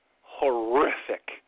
horrific